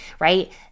right